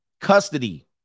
Custody